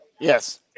Yes